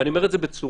איך מונעים תחלואה?